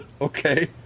Okay